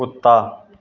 कुत्ता